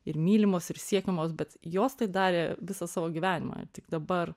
ir mylimos ir siekiamos bet jos tai darė visą savo gyvenimą tik dabar